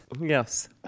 Yes